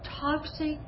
toxic